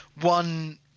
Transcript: one